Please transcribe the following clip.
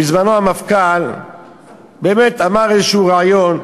בזמנו המפכ"ל אמר באיזה ריאיון: